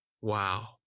Wow